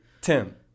Tim